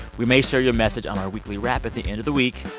we may share your message on our weekly wrap at the end of the week.